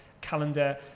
calendar